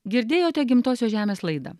girdėjote gimtosios žemės laidą